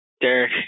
Derek